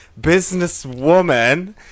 businesswoman